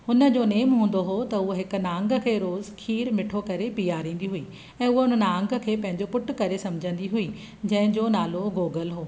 हुन जो नेमु हूंदो हुओ त हूअ हिकु नांग खे रोज़ु खीर मिठो करे पीआरींदी हुई ऐं हूअ उन नांग खे पुटु करे सम्झंदी हुई जंहिंजो नालो गोगल हुओ